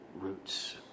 roots